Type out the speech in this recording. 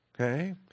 Okay